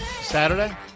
saturday